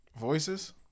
Voices